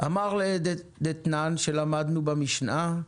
אמר דתנן, שלמדנו במשנה,